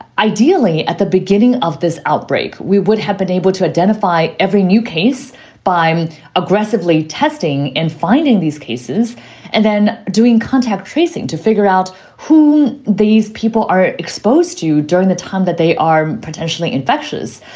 ideally at the beginning of this outbreak. we would have but able to identify every new case by aggressively testing and finding these cases and then doing contact tracing to figure out who these people are exposed to during the time that they are potentially infectious.